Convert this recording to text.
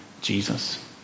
Jesus